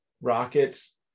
Rockets